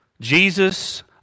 Jesus